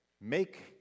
Make